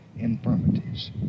infirmities